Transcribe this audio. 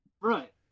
Right